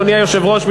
אדוני היושב-ראש,